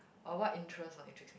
or what interest or intrigues me